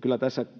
kyllä tässä